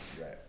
right